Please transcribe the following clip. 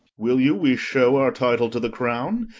will you we shew our title to the crowne?